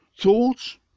thoughts